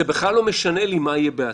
זה בכלל לא משנה לי מה יהיה בעתיד,